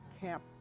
camp